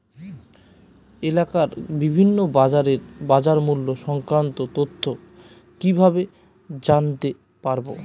এলাকার বিভিন্ন বাজারের বাজারমূল্য সংক্রান্ত তথ্য কিভাবে জানতে পারব?